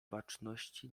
baczności